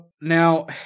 now